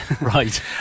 Right